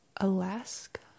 Alaska